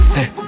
Say